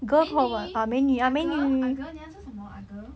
美女 ah girl ah girl 你要吃什么 ah girl